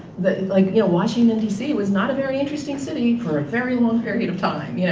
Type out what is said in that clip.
but like you know washington, d c. was not a very interesting city for a very long period of time. you know